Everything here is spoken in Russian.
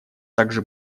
также